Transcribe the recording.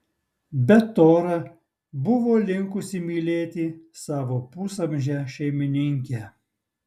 bet tora buvo linkusi mylėti savo pusamžę šeimininkę